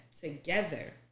together